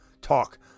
talk